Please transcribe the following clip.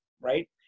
right